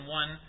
one